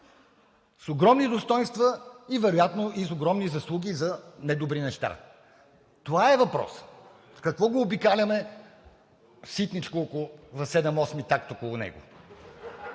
с огромни достойнства, вероятно и с огромни заслуги за недобри неща. Това е въпросът?! Какво обикаляме ситничко в 7/8 такт около него?